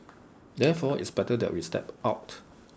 therefore it's better that we step out